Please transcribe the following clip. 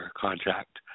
contract